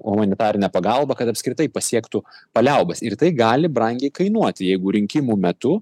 humanitarinę pagalbą kad apskritai pasiektų paliaubas ir tai gali brangiai kainuoti jeigu rinkimų metu